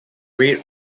raid